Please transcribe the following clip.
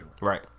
Right